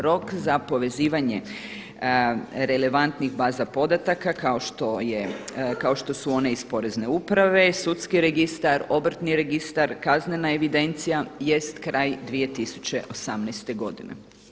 Rok za povezivanje relevantnih baza podataka kao što su one iz Porezne uprave, sudski registar, obrtni registar, kaznena evidencija jest kraj 2018. godine.